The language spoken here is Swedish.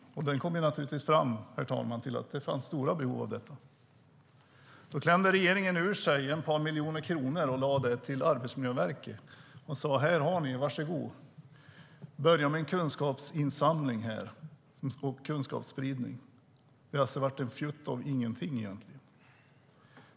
Utredningen kom givetvis fram till att det fanns stort behov av det. Då klämde regeringen ur sig ett par miljoner kronor till Arbetsmiljöverket och sade: Var så goda, här har ni. Börja med kunskapsinsamling och kunskapsspridning. Det var en fjutt av egentligen ingenting.